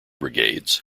brigades